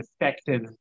effective